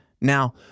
Now